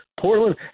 Portland